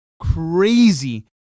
crazy